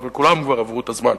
אבל כולם כבר עברו את הזמן,